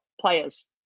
players